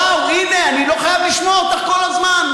וואו, הינה, אני לא חייב לשמוע אותך על הזמן.